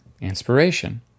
Inspiration